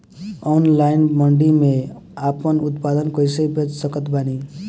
Online मंडी मे आपन उत्पादन कैसे बेच सकत बानी?